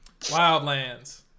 Wildlands